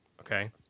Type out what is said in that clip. Okay